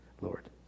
Lord